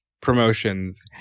promotions